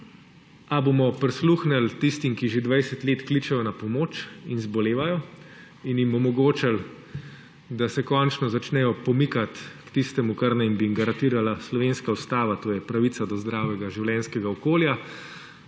bomo prisluhnili tistim, ki že 20 let kličejo na pomoč in zbolevajo, in jim omogočili, da se končno začnejo pomikati k tistemu, kar naj bi jim garantirala slovenska ustava, to je pravica do zdravega življenjskega okolja,